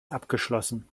abgeschlossen